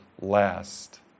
last